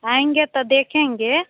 आएँगे तो देखेंगे